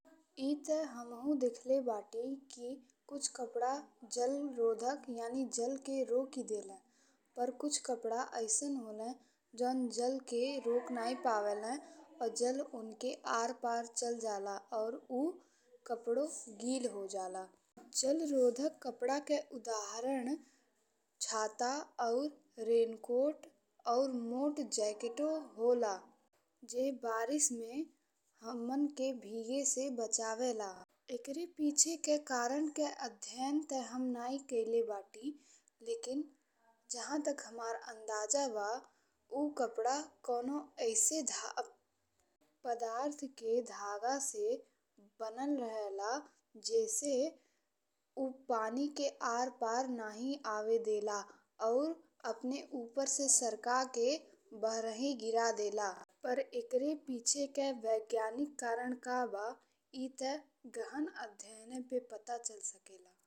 ई ते हमहू देखले बाटी कि कुछ कपड़ा जलरोधक यानी जल के रोकी देले पर कुछ कपड़ा अइसन होला जवन जल के रोकी नाहीं पावेले। और जल ओनके आर पार चली जाला आ उ कपड़ा गीला हो जाला। जलरोधक कपड़ा के उदाहरण छाता और रेनकोट और मोट जैकेटो होला जे बारिश में हमनके भीगे से बचावेला। एकरे पीछे के कारण के अध्ययन ते हम नहीं कैले बानी लेकिन जाहा तक हमार अंदाजा बा उ कपड़ा कवनो अइसन पदार्थ के धागा से बनल रहेला। जेसे उ पानी के आर पार नहीं आवे देला अउर अप्ना ऊपर से सरकाके बाहरही गिरा देला पर एकरे पीछे के वैज्ञानिक कारण का बा ए ते गहन अध्ययन पे पता चली सकेला।